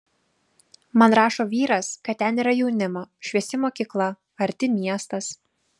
man rašo vyras kad ten yra jaunimo šviesi mokykla arti miestas